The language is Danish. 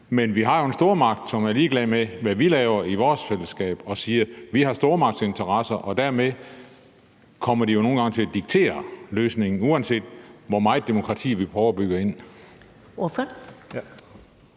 Men vi har jo en stormagt, som er ligeglad med, hvad vi laver i vores fællesskab, og siger: Vi har stormagtsinteresser. Dermed kommer de jo nogle gange til at diktere løsningen, uanset hvor meget demokrati vi prøver at bygge ind.